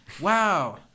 Wow